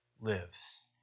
lives